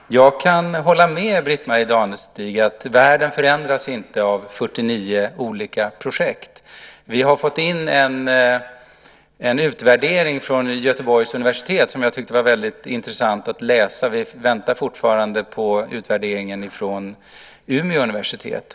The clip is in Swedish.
Jag kan hålla med Britt-Marie Danestig om att världen inte förändras av 49 olika projekt. Vi har fått in en utvärdering från Göteborgs universitet som jag tyckte var väldigt intressant att läsa. Vi väntar fortfarande på utvärderingen från Umeå universitet.